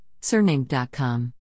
surname.com